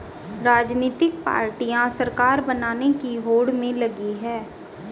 राजनीतिक पार्टियां सरकार बनाने की होड़ में लगी हैं